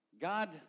God